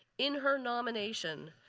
in her nomination,